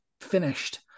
finished